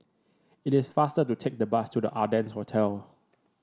it is faster to take the bus to The Ardennes Hotel